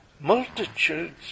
Multitudes